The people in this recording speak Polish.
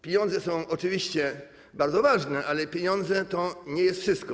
Pieniądze są, oczywiście, bardzo ważne, ale pieniądze to nie wszystko.